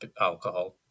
alcohol